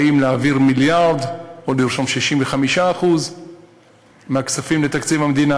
האם להעביר מיליארד או לרשום 65% מהכספים לתקציב המדינה,